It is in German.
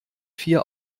vier